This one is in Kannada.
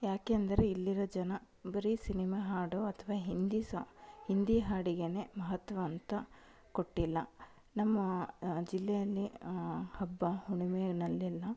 ಯಾಕೆ ಅಂದರೆ ಇಲ್ಲಿರೋ ಜನ ಬರೀ ಸಿನಿಮಾ ಹಾಡು ಅಥವಾ ಹಿಂದಿ ಸ್ ಹಿಂದಿ ಹಾಡಿಗೆ ಮಹತ್ವ ಅಂತ ಕೊಟ್ಟಿಲ್ಲ ನಮ್ಮ ಜಿಲ್ಲೆಯಲ್ಲಿ ಹಬ್ಬ ಹುಣ್ಣಿಮೆನಲ್ಲೆಲ್ಲ